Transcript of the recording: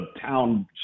town